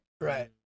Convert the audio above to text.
Right